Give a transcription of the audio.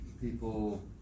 people